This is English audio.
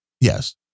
Yes